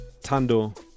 Tando